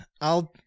I'll-